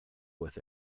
with